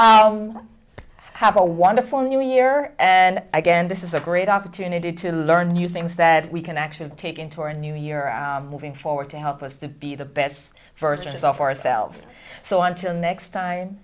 you have a wonderful new year and again this is a great opportunity to learn new things that we can actually take into our new year moving forward to help us to be the best versions off our selves so until next time